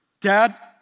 Dad